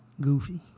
Goofy